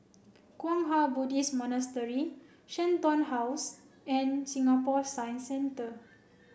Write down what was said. Kwang Hua Buddhist Monastery Shenton House and Singapore Science Centre